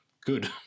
good